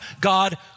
God